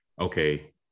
okay